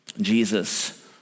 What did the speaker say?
Jesus